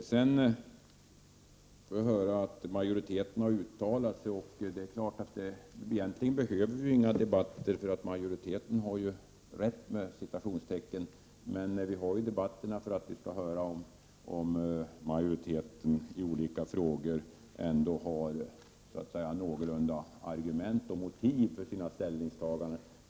Sedan får jag höra att majoriteten har uttalat sig. Egentligen behöver vi ingen debatt eftersom majoriteten har ”rätt”. Men vi har debatterna för att höra om majoriteten i olika frågor ändå har någorlunda bra argument och motiv för sina ställningstaganden.